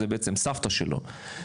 זה בעצם סבתא שלו.